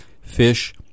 fish